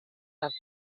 have